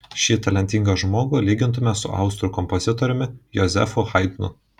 šį talentingą žmogų lygintume su austrų kompozitoriumi jozefu haidnu